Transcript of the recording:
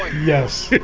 yes?